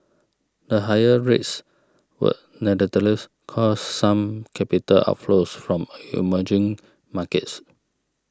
the higher rates would nonetheless cause some capital outflows from emerging markets